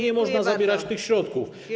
Nie można zabierać tych środków.